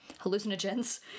hallucinogens